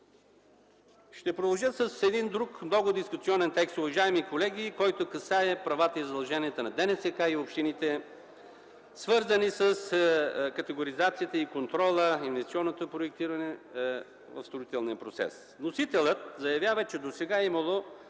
Ще продължа с един друг много дискусионен текст, уважаеми колеги, който касае правата и задълженията на ДНСК и общините, свързани с категоризацията, контрола, инвестиционното проектиране на строителния процес. Вносителят заявява, че досега е имало